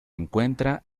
encuentra